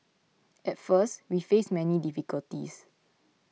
at first we faced many difficulties